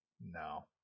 No